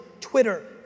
Twitter